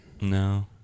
No